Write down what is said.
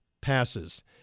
passes